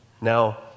Now